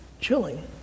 Chilling